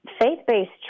faith-based